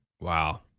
Wow